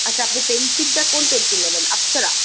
আচ্ছা আপনি পেন্সিলটা কোন পেন্সিল নেবেন আপ্সরা